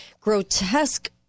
grotesque